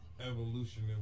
Evolution